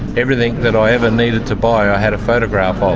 everything that i ever needed to buy i had a photograph ah of,